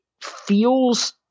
feels